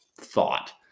thought